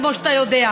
כמו שאתה יודע.